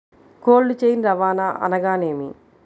Cold chain రవాణా అనగా నేమి?